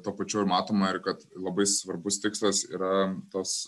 tuo pačiu matoma ir kad labai svarbus tikslas yra tas